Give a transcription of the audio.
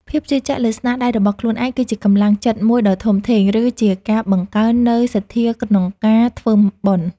ភាពជឿជាក់លើស្នាដៃរបស់ខ្លួនឯង គឺជាកម្លាំងចិត្តមួយដ៏ធំធេង ឬជាការបង្កើននូវសទ្ធាក្នុងការធ្វើបុណ្យ។